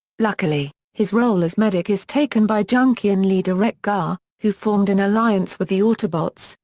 luckily, his role as medic is taken by junkion leader wreck-gar, who formed an alliance with the autobots,